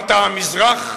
ברטעה-מזרח,